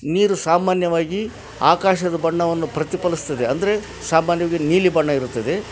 ನೀರು ಸಾಮಾನ್ಯವಾಗಿ ಆಕಾಶದ ಬಣ್ಣವನ್ನು ಪ್ರತಿಫಲಿಸ್ತದೆ ಅಂದರೆ ಸಾಮಾನ್ಯವಾಗಿ ನೀಲಿ ಬಣ್ಣ ಇರುತ್ತದೆ